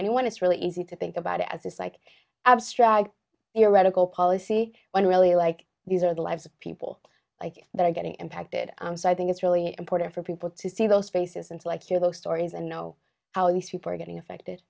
anyone it's really easy to think about it as just like abstract erotica policy when really like these are the lives of people that are getting impacted so i think it's really important for people to see those faces and to like your those stories and know how these people are getting affected